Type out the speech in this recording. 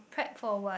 prep for what